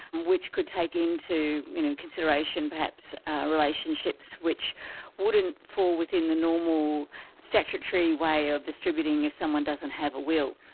which could take in to consideration perhaps relationships which wouldn't fall within the normal statutory way of distributing if someone doesn't have a will.